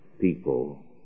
people